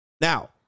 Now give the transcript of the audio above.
Now